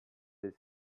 his